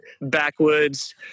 backwoods